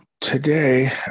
Today